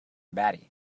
batty